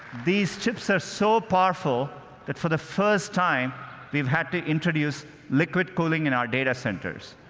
these chips are so powerful that for the first time we've had to introduce liquid cooling in our data centers.